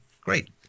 great